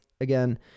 again